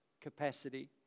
capacity